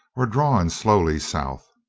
were drawing slowly south.